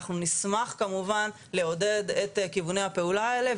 אנחנו נשמח כמובן לעודד את כיווני הפעולה האלה,